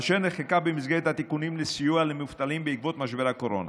אשר נחקקה במסגרת התיקונים לסיוע למובטלים בעקבות משבר הקורונה.